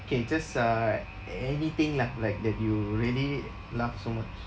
K just uh a~ anything lah like that you really laughed so much